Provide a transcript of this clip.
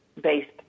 based